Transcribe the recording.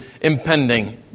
impending